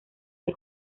del